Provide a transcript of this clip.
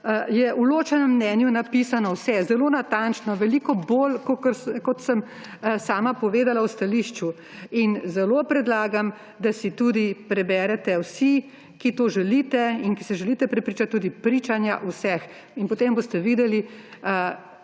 je v ločenem mnenju napisano vse zelo natančno, veliko bolj kot sem sama povedala v stališču. Predlagam, da si ga tudi preberete vsi, ki to želite, ki se želite prepričati tudi o vseh pričanjih. Potem boste videli